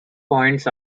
points